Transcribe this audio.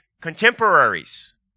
contemporaries